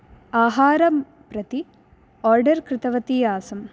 आहारं प्रति आर्डर् कृतवती आसम्